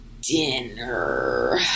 dinner